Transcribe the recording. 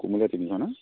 কোমলীয়া তিনিশ ন